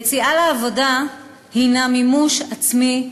יציאה לעבודה הנה מימוש עצמי,